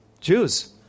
Jews